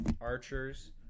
archers